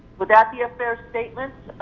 would that be a fair statement